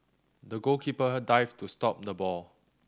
the goalkeeper dived to stop the ball